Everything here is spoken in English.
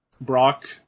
Brock